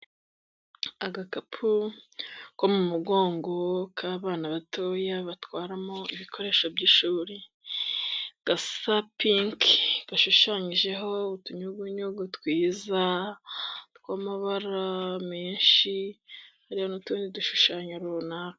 Agakapu ko mu mugongo k'abana batoya batwaramo ibikoresho by'ishuri; gasa pinki gashushanyijeho utunyugunyugu twiza tw'amabara menshi, hari n'utundi dushushanyo runaka.